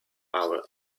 our